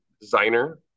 designer